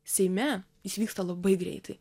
seime jis vyksta labai greitai